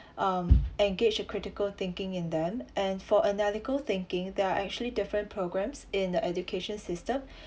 um engage a critical thinking in them and for analytical thinking there actually different programmes in the education system